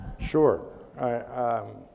Sure